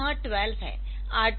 तो यह 12 है